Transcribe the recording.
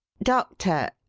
doctor,